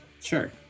Sure